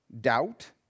doubt